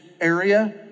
area